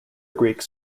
greeks